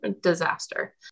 disaster